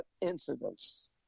incidents